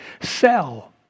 Sell